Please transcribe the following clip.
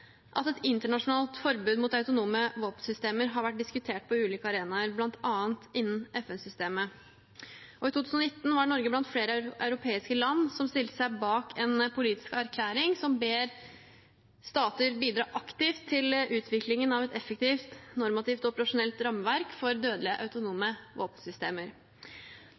at et internasjonalt forbud mot autonome våpensystemer har vært diskutert på ulike arenaer, bl.a. innen FN-systemet. I 2019 var Norge blant flere europeiske land som stilte seg bak en politisk erklæring som ber stater bidra aktivt til utviklingen av et effektivt normativt og operasjonelt rammeverk for dødelige autonome